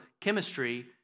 chemistry